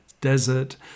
desert